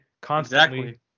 constantly